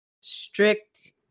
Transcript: strict